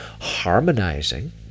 harmonizing